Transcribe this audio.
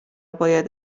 باید